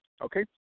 okay